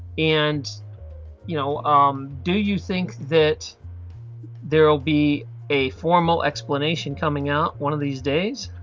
and you know um do you think that there will be a formal explanation coming out one of these days.